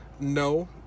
No